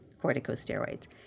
corticosteroids